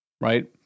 right